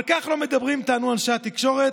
אבל כך לא מדברים, טענו אנשי התקשורת.